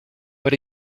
but